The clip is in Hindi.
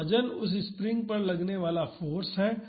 तो वजन उस स्प्रिंग पर लगने वाला फाॅर्स है